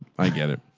i get it.